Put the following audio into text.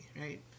right